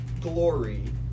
glory